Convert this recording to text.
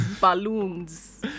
balloons